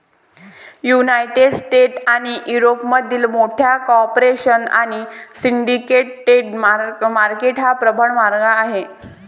United States आणि युरोपमधील मोठ्या कॉर्पोरेशन साठी सिंडिकेट डेट मार्केट हा प्रबळ मार्ग आहे